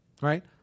right